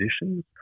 conditions